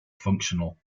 functional